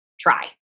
Try